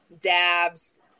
dabs